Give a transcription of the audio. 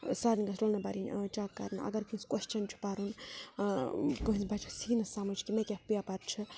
سارنٕے گژھِ roll number یِنۍ چَک کَرنہٕ اگر کٲنٛسہِ کوسچَن چھُ پَرُن کٲنٛسہِ بَچَس ییٖنہٕ سَمٕجھ کہِ مےٚ کیٛاہ پیپَر چھِ